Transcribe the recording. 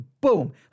boom